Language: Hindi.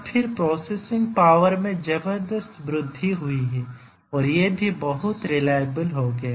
और फिर प्रोसेसिंग पावर में जबरदस्त वृद्धि हुई है और ये भी बहुत रिलाएबल हो गया